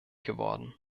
geworden